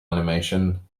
animation